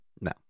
no